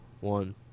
one